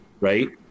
right